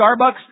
Starbucks